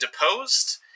deposed